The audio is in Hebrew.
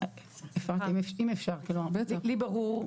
לי ברור,